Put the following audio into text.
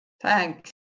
thanks